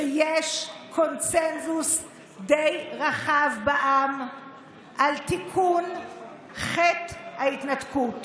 שיש קונסנזוס די רחב בעם על תיקון חטא ההתנתקות.